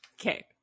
okay